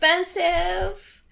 expensive